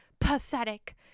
Pathetic